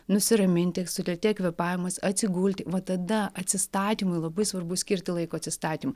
nusiraminti sulėtėja kvėpavimas atsigulti va tada atsistatymui labai svarbu skirti laiko atsistatymui